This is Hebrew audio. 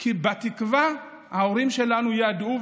כי בתקווה ההורים שלנו ידעו,